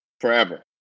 forever